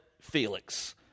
Felix